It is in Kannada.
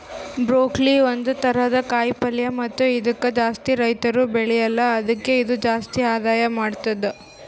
ಬ್ರೋಕೊಲಿ ಒಂದ್ ಥರದ ಕಾಯಿ ಪಲ್ಯ ಮತ್ತ ಇದುಕ್ ಜಾಸ್ತಿ ರೈತುರ್ ಬೆಳೆಲ್ಲಾ ಆದುಕೆ ಇದು ಜಾಸ್ತಿ ಆದಾಯ ಮಾಡತ್ತುದ